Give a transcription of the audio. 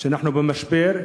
אנחנו במשבר.